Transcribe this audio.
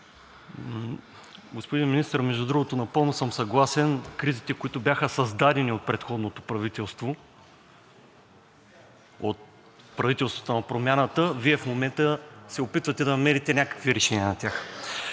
Господин Министър, между другото, напълно съм съгласен. Кризите, които бяха създадени от предходното правителство, от правителството на Промяната, Вие в момента се опитвате на тях да намерите някакви решения.